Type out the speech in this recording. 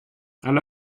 alla